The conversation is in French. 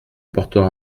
portera